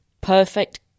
perfect